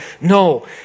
no